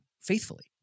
faithfully